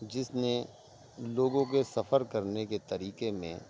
جس نے لوگوں کے سفر کرنے کے طریقے میں